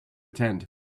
attend